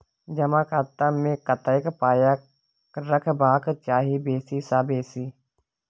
जमा खाता मे कतेक पाय रखबाक चाही बेसी सँ बेसी?